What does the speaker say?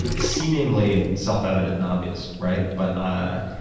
seemingly self-evident and obvious, right? but i